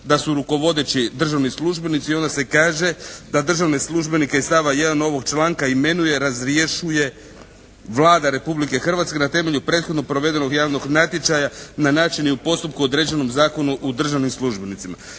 da su rukovodeći državni službenici. I onda se kaže da državne službenike iz stava 1. ovoga članka imenuje i razrješuje Vlada Republike Hrvatske na temelju prethodno provedenog javnog natječaja na način i u postupku određenom Zakonu o državnim službenicima.